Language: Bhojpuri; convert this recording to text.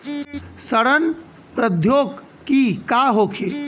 सड़न प्रधौगकी का होखे?